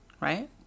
Right